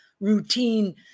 routine